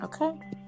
Okay